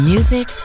Music